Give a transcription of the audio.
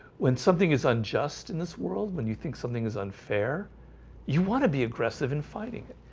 when something is unjust in this world when you think something is unfair you want to be aggressive in finding